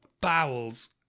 bowels